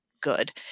good